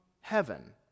heaven